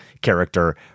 character